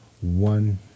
one